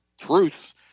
truths